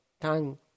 tongue